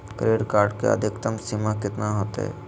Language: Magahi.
क्रेडिट कार्ड के अधिकतम सीमा कितना होते?